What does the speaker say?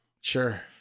Sure